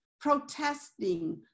protesting